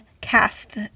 cast